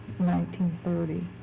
1930